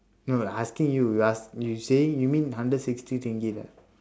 no I asking you you ask you saying you mean hundred sixty ringgit ah